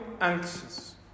anxious